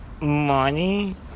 money